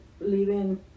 living